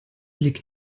liegt